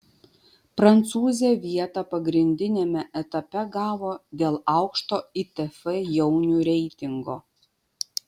prancūzė vietą pagrindiniame etape gavo dėl aukšto itf jaunių reitingo